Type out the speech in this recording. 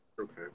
Okay